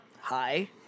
hi